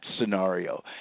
scenario